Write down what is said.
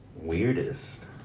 Weirdest